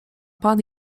pan